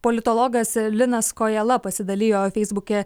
politologas linas kojala pasidalijo feisbuke